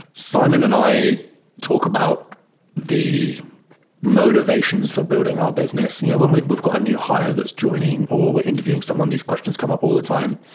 simon and i talk about the motivations for building our business. you know when we've we've got a new hire that's joining or we're interviewing someone, these questions come up all the time.